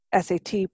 SAT